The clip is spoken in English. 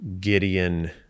Gideon